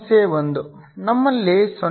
ಸಮಸ್ಯೆ 1 ನಮ್ಮಲ್ಲಿ 0